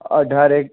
અઢારેક